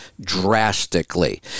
drastically